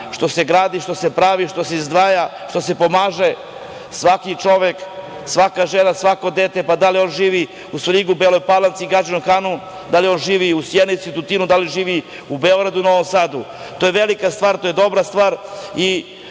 što se gradi, što se pravi, što se izdvaja, što se pomaže. Svaki čovek, svaka žena, svako dete, da li on živi u Svrljigu, Beloj Palanci, Gadžinom Hanu, da li on živi u Sjenici, Tutinu, da li živi u Beogradu, Novom Sadu, to je velika stvar, to dobra stvar